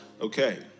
Okay